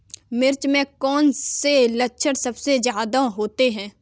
मिर्च में कौन से लक्षण सबसे ज्यादा होते हैं?